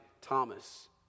Thomas